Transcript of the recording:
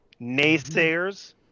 Naysayers